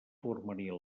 formarien